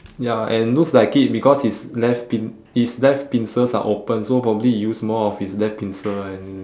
ya and looks like it because its left pin~ its left pincers are open so probably use more of its left pincer and